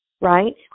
right